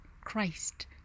Christ